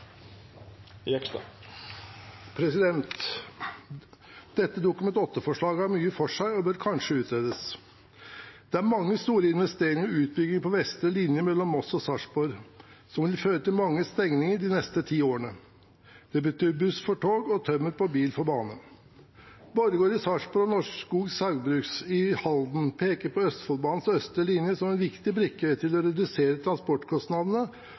Dette Dokument 8-forslaget har mye for seg og bør kanskje utredes. Det er mange store investeringer og utbygginger på vestre linje mellom Moss og Sarpsborg, noe som vil føre til mange stengninger de neste ti årene. Det betyr buss for tog og tømmer på bil for bane. Borregaard i Sarpsborg og Norske Skog Saugbrugs i Halden peker på Østfoldbanens østre linje som en viktig brikke for å redusere transportkostnadene,